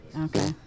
Okay